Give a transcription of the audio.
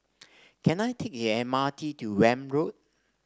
can I take the M R T to Welm Road